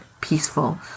peaceful